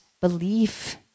belief